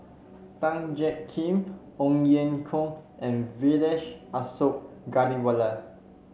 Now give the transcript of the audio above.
Tan Jiak Kim Ong Ye Kung and Vijesh Ashok Ghariwala